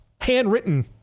handwritten